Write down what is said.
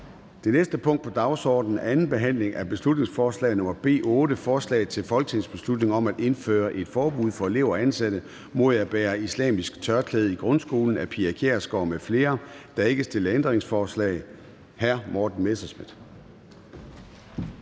Det næste punkt på dagsordenen er: 6) 2. (sidste) behandling af beslutningsforslag nr. B 8: Forslag til folketingsbeslutning om at indføre et forbud for elever og ansatte mod at bære islamisk tørklæde i grundskolen. Af Pia Kjærsgaard (DF) m.fl. (Fremsættelse 13.12.2022. 1. behandling